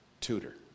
tutor